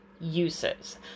uses